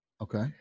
Okay